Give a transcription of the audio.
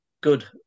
good